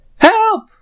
Help